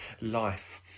life